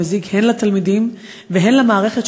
והיא מזיקה הן לתלמידים והן למערכת,